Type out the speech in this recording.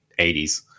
80s